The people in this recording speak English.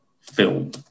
film